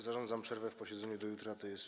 Zarządzam przerwę w posiedzeniu do jutra, tj.